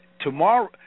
tomorrow –